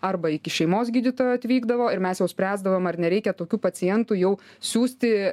arba iki šeimos gydytojo atvykdavo ir mes jau spręsdavom ar nereikia tokių pacientų jau siųsti